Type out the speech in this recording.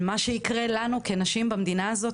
על מה שיקרה לנו כנשים במדינה הזאת,